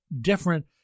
different